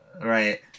Right